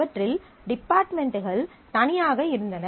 அவற்றில் டிபார்ட்மென்ட்கள் தனியாக இருந்தன